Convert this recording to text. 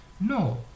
No